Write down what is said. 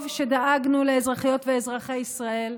טוב שדאגנו לאזרחיות ולאזרחי ישראל,